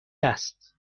است